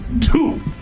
Two